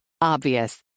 Obvious